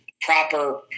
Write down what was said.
proper